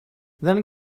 then